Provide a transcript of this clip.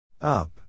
Up